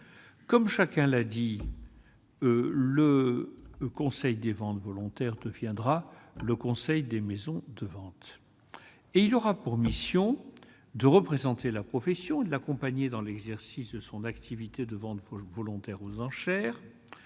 comme chacun l'a dit le Conseil des ventes volontaires deviendra le Conseil des maisons de vente et il aura pour mission de représenter la profession de l'accompagner dans l'exercice de son activité de vente Foch volontaires aux enchères